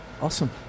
Awesome